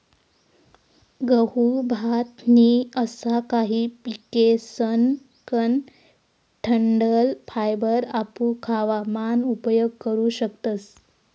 गहू, भात नी असा काही पिकेसकन डंठल फायबर आपू खावा मान उपयोग करू शकतस